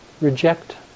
reject